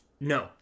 No